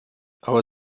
aber